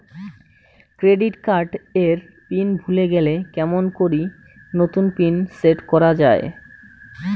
Credit card এর pin ভুলে গেলে কেমন করি নতুন পিন সেট করা য়ায়?